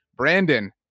Brandon